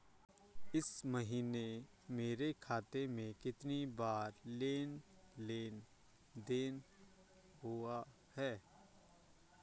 इस महीने मेरे खाते में कितनी बार लेन लेन देन हुआ है?